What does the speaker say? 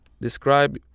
describe